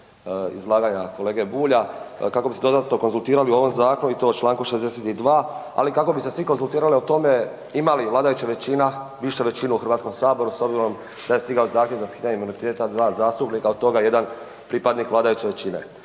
izlaganja kolege Bulja, kako bi se dodatno konzultirali o ovom zakonu i to čl. 62., ali kako bi se svi konzultirali o tome ima li vladajuća većina više većinu u HS s obzirom da je stigao zakon …/Govornik se ne razumije/… zastupnika, od toga jedan pripadnik vladajuće većine.